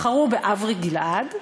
בחרו באברי גלעד,